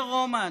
אומר רומן,